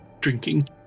drinking